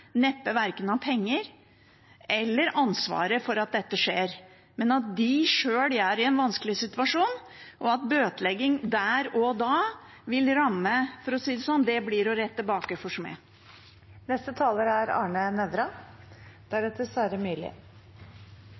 neppe har verken penger eller ansvar for at dette skjer, men selv er i en vanskelig situasjon, og at bøtelegging der og da blir – for å si det sånn – å rette baker for